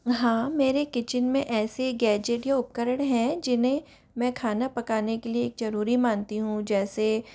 हाँ मेरे किचन में ऐसे गैजेट या उपकरण हैं जिन्हें मैं खाना पकाने के लिए जरूरी मानती हूँ जैसे